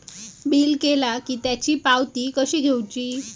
Bill केला की त्याची पावती कशी घेऊची?